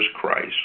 Christ